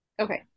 Okay